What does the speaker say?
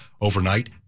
overnight